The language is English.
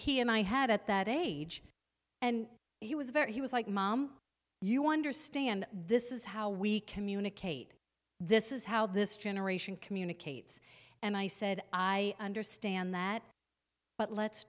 he and i had at that age and he was very he was like mom you understand this is how we communicate this is how this generation communicates and i said i understand that but let's